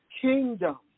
Kingdom